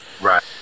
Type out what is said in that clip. Right